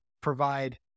provide